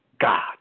God